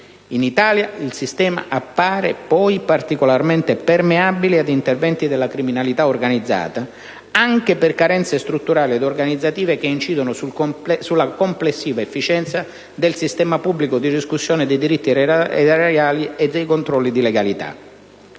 In Italia, il sistema appare poi particolarmente permeabile ad interventi della criminalità organizzata, anche per carenze strutturali ed organizzative che incidono sulla complessiva efficienza del sistema pubblico di riscossione dei diritti erariali e sui controlli di legalità.